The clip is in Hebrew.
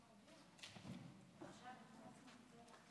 כבוד שר החקלאות,